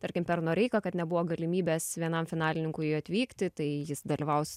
tarkim per noreiką kad nebuvo galimybės vienam finalininkui atvykti tai jis dalyvaus